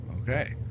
okay